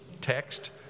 text